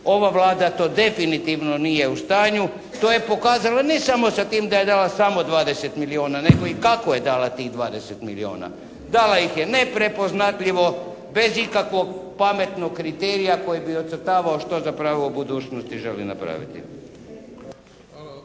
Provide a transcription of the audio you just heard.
Ova Vlada to definitivno nije u stanju, to je pokazala ne samo sa tim da je dala samo 20 milijuna nego i kako je dala tih 20 milijuna. Dala ih je neprepoznatljivo, bez ikakvog pametnog kriterija koji bi ocrtavao što zapravo u budućnosti želi napraviti.